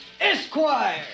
Esquire